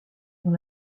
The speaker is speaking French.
dans